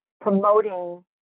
promoting